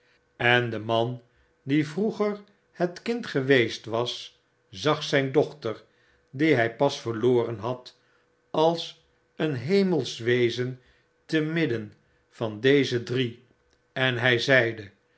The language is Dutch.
en de man die vroeger het kind geweest was zag zyn dochter die hy pas verloren had als een hemelsch wezen te midden van deze dri en hy zeide